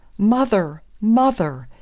mother! mother!